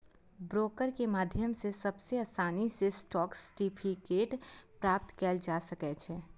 broker के माध्यम सं सबसं आसानी सं स्टॉक सर्टिफिकेट प्राप्त कैल जा सकै छै